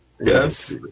Yes